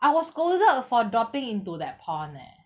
I was scolded for dropping into that pond eh